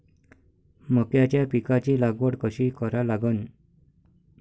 मक्याच्या पिकाची लागवड कशी करा लागन?